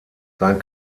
sein